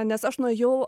nes aš nuėjau